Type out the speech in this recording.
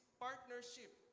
partnership